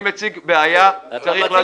אני מציג בעיה שצריך לדון בה.